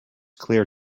clear